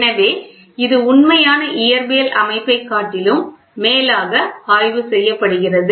எனவே இது உண்மையான இயற்பியல் அமைப்பைக் காட்டிலும் மேலாக ஆய்வு செய்யப்படுகிறது